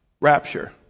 Rapture